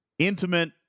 Intimate